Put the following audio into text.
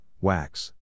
wax